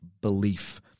belief